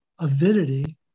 avidity